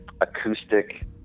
acoustic